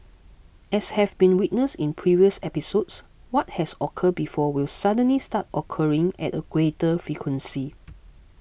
as have been witnessed in previous episodes what has occurred before will suddenly start occurring at a greater frequency